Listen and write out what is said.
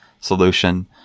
solution